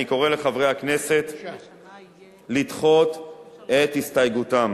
אני קורא לחברי הכנסת לדחות את הסתייגותם.